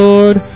Lord